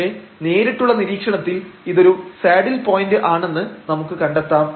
പക്ഷേ നേരിട്ടുള്ള നിരീക്ഷണത്തിൽ ഇതൊരു സാഡിൽ പോയന്റ് ആണെന്ന് നമുക്ക് കണ്ടെത്താം